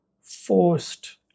forced